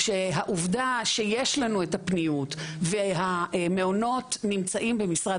שהעובדה שיש לנו את הפניות והמעונות נמצאים במשרד